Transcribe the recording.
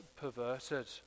perverted